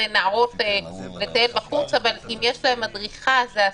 נערות לטייל בחוץ, אבל אם יש להן מדריכה זה אסור.